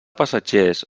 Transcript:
passatgers